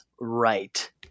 right